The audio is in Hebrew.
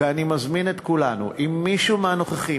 ואני מזמין את כולנו: אם מישהו מהנוכחים,